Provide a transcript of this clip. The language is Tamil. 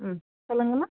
ம் சொல்லுங்கம்மா